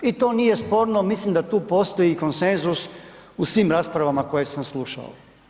I to nije sporno, mislim da tu postoji konsenzus u svim raspravama koje sam slušao.